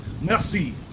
Merci